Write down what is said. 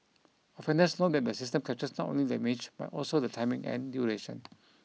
offenders know that the system captures not only the image but also the timing and duration